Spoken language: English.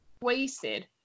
wasted